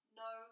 no